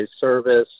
service